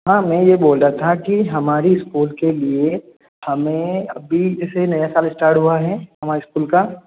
हाँ मैं ये बोल रहा था कि हमारी स्कूल के लिए हमें अभी जैसे नया साल इस्टार्ट हुआ है हमारे स्कूल का